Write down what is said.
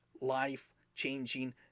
life-changing